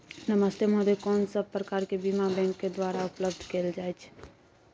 नमस्ते महोदय, कोन सब प्रकार के बीमा बैंक के द्वारा उपलब्ध कैल जाए छै?